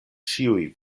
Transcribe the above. ĉiuj